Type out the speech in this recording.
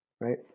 Right